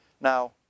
Now